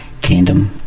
Kingdom